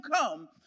come